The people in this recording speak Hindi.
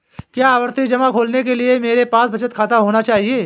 क्या आवर्ती जमा खोलने के लिए मेरे पास बचत खाता होना चाहिए?